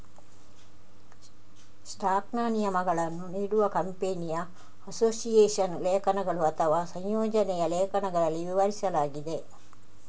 ಸ್ಟಾಕ್ನ ನಿಯಮಗಳನ್ನು ನೀಡುವ ಕಂಪನಿಯ ಅಸೋಸಿಯೇಷನ್ ಲೇಖನಗಳು ಅಥವಾ ಸಂಯೋಜನೆಯ ಲೇಖನಗಳಲ್ಲಿ ವಿವರಿಸಲಾಗಿದೆ